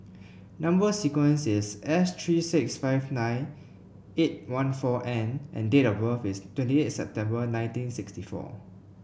number sequence is S three six five nine eight one four N and date of birth is twenty eighth September nineteen sixty four